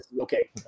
Okay